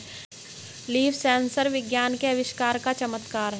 leaf sensor विज्ञान के आविष्कार का चमत्कार है